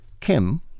Kim